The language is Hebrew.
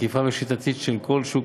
מקיפה ושיטתית של כל שוק